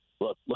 Look